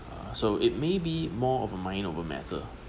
uh so it may be more of a mind over matter